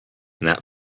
that